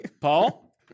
Paul